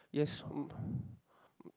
yes um